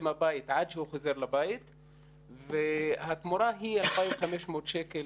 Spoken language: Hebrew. מהבית עד שהוא חוזר לבית והתמורה היא 2,500 שקל,